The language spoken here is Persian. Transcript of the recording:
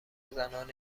زنان